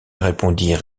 répondit